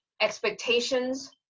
expectations